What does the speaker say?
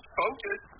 focus